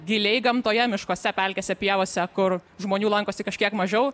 giliai gamtoje miškuose pelkėse pievose kur žmonių lankosi kažkiek mažiau